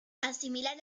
asimilar